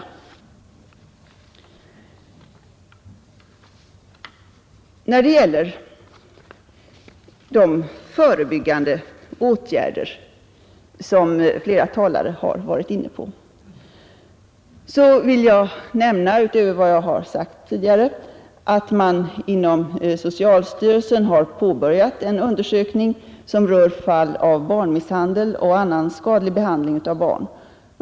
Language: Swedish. Om åtgärder för att När det gäller de förebyggande åtgärder som flera talare varit inne på förhindra barnmissvill jag utöver vad jag tidigare sagt nämna att man inom socialstyrelsen handel m.m. har påbörjat en undersökning som rör fall av barnmisshandel och annan skadlig behandling av barn.